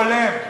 ייצוג הולם.